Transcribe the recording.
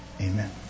amen